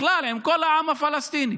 בכלל, עם כל העם הפלסטיני.